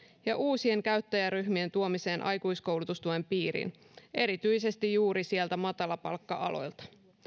ja uusien käyttäjäryhmien tuomiseen aikuiskoulutustuen piiriin erityisesti juuri matalapalkka aloilta